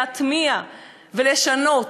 להטמיע ולשנות.